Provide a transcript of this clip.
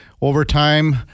overtime